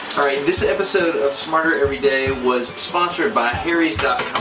alright, this episode of smarter every day was sponsored by harrys